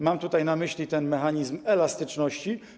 Mam na myśli ten mechanizm elastyczności.